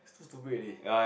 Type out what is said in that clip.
too stupid already